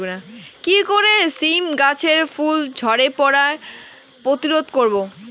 কি করে সীম গাছের ফুল ঝরে পড়া প্রতিরোধ করব?